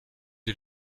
est